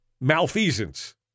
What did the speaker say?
Malfeasance